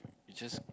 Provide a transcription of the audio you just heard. just